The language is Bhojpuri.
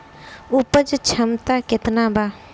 उपज क्षमता केतना वा?